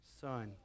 son